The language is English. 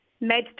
med